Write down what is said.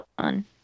fun